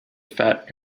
fat